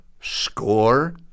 score